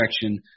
direction